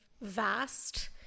vast